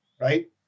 right